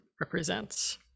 represents